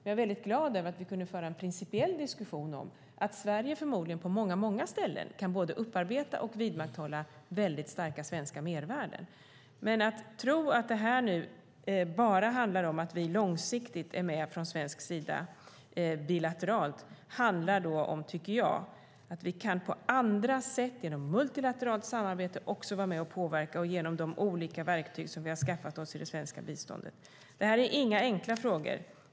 Jag är väldigt glad över att vi kan föra en principiell diskussion om att Sverige förmodligen på många ställen både kan upparbeta och vidmakthålla väldigt starka svenska mervärden. Men det handlar inte bara om att vi långsiktigt är med bilateralt från svensk sida, utan det handlar även om, tycker jag, att vi på andra sätt, genom multilateralt samarbete, också kan vara med och påverka genom de olika verktyg som vi har skaffat oss i det svenska biståndet. Det här är inga enkla frågor.